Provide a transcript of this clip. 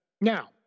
Now